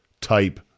type